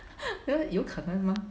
有可能吗